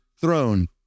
throne